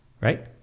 Right